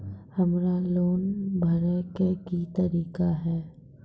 हमरा लोन भरे के की तरीका है?